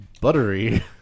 buttery